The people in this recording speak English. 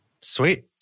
Sweet